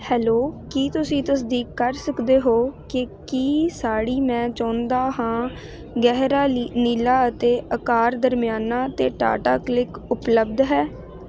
hello ਕੀ ਤੁਸੀਂ ਤਸਦੀਕ ਕਰ ਸਕਦੇ ਹੋ ਕਿ ਕੀ ਸਾੜੀ ਮੈਂ ਚਾਹੁੰਦਾ ਹਾਂ ਗਹਿਰਾ ਲੀ ਨੀਲਾ ਅਤੇ ਆਕਾਰ ਦਰਮਿਆਨਾ ਤੇ ਟਾਟਾ ਕਲਿਕ ਉਪਲੱਬਧ ਹੈ